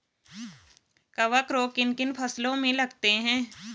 कवक रोग किन किन फसलों में लगते हैं?